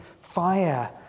fire